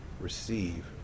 receive